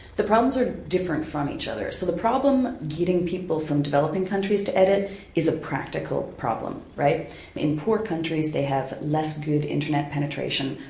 the problems are different from each other. so the problem getting people from developing countries to edit is a practical problem. in in poor countries they have less good internet penetration,